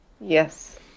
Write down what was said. Yes